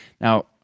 Now